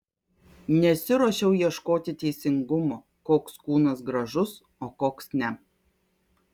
nesiruošiau ieškoti teisingumo koks kūnas gražus o koks ne